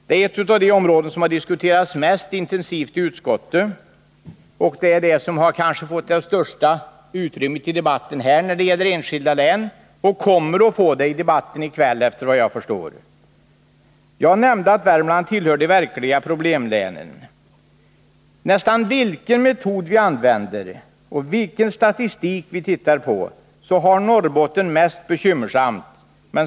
Det är ett av de områden som har diskuterats mest intensivt i utskottet, fått det största utrymmet när det gäller enskilda län i dagens debatt och — efter vad jag förstår — kommer att ägnas störst uppmärksamhet även i kvällens debatt. Jag nämnde att Värmland tillhör de verkliga problemlänen. Nästan oavsett vilken metod vi använder och vilken statistik vi tittar på, så finner vi att Norrbotten har det mest bekymmersamt.